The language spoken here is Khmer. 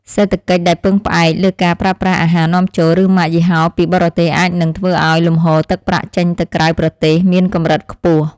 សេដ្ឋកិច្ចដែលពឹងផ្អែកលើការប្រើប្រាស់អាហារនាំចូល ឬម៉ាកយីហោពីបរទេសអាចនឹងធ្វើឲ្យលំហូរទឹកប្រាក់ចេញទៅក្រៅប្រទេសមានកម្រិតខ្ពស់។